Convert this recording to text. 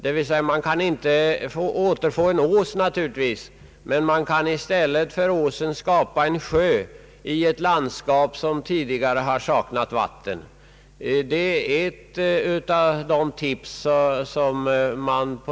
Man kan naturligtvis inte återfå en ås, men man kan t.ex. i stället för åsen skapa en sjö i ett landskap som tidigare har saknat vatten. Det är ett tips.